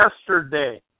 yesterday